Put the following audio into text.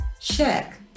check